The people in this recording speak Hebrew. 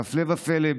הפלא ופלא,